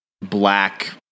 black